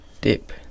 Dip